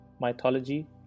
mythology